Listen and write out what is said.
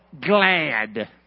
glad